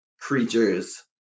creatures